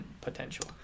potential